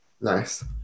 Nice